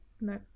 No